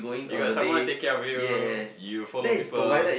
they got someone take care of you you follow people